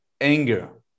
anger